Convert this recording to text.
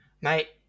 Mate